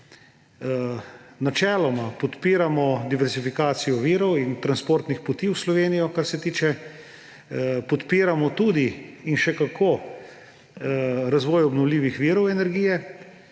Načeloma podpiramo diverzifikacijo virov in transportnih poti v Slovenijo. Podpiramo tudi, in še kako, razvoj obnovljivih virov energije,